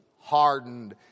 hardened